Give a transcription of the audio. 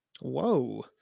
Whoa